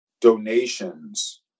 donations